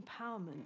empowerment